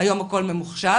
היום הכול ממוחשב,